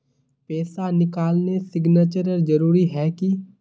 पैसा निकालने सिग्नेचर जरुरी है की?